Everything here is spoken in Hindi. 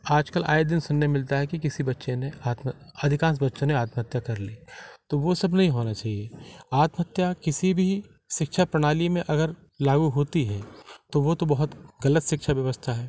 आजकल आए दिन सुनने में मिलता है कि किसी बच्चे ने आत्म अधिकांस बच्चों ने आत्महत्या कर ली तो वह सब नहीं होना चाहिए आत्महत्या किसी भी शिक्षा प्रणाली में अगर लागू होती है तो वह तो बहुत गलत शिक्षा व्यवस्था है